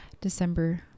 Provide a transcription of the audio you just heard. December